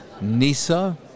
NISA